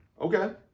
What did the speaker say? Okay